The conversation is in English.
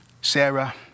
Sarah